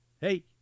Hey